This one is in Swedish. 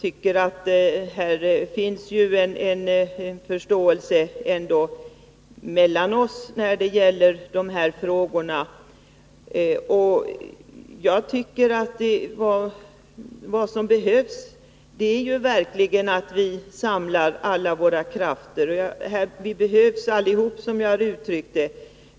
Det finns ändå en förståelse mellan oss i de här frågorna, och vad som behövs är att vi verkligen samlar alla våra krafter. Vi behövs alltihop, som jag har uttryckt det.